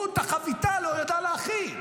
שאת החביתה לא ידע להכין.